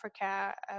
Africa